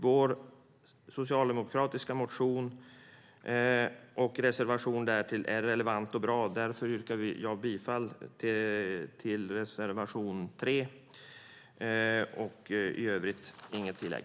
Vår socialdemokratiska motion och vår reservation är relevanta och bra. Därför yrkar jag bifall till reservation 3. I övrigt har jag inget tillägg.